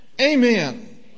Amen